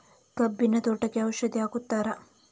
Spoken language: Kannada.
ಕಬ್ಬಿನ ತೋಟಕ್ಕೆ ಔಷಧಿ ಹಾಕುತ್ತಾರಾ?